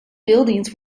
buildings